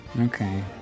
Okay